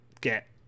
get